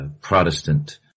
Protestant